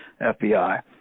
FBI